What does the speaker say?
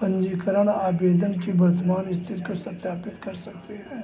पंजीकरण आवेदन की वर्तमान स्थिति को सत्यापित कर सकते हैं